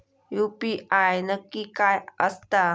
UPI नक्की काय आसता?